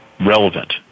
relevant